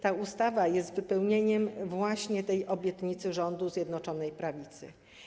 Ta ustawa jest wypełnieniem tej obietnicy rządu Zjednoczonej Prawicy.